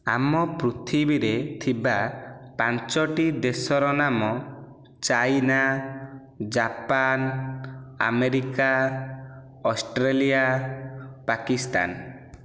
ଆମ ପୃଥିବୀରେ ଥିବା ପାଞ୍ଚୋଟି ଦେଶର ନାମ China Japan America Australia Pakistan